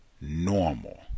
normal